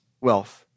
wealth